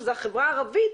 שזה החברה הערבית,